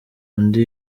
undi